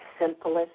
simplest